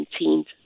maintained